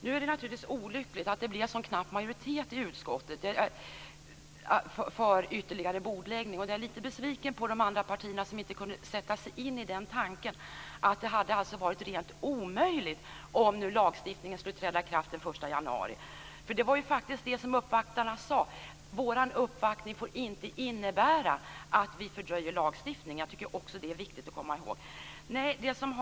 Nu är det naturligtvis så olyckligt att det blev en så knapp majoritet i utskottet för ytterligare bordläggning. Jag är lite besviken på de andra partierna som inte kunde sätta sig in i tanken att det hade varit omöjligt om lagstiftningen ska träda i kraft i januari. De som uppvaktade oss sade att deras uppvaktning inte får innebära att lagstiftningen fördröjs. Det är viktigt att komma ihåg.